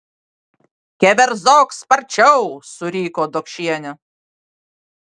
keverzok sparčiau suriko dokšienė